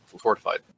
Fortified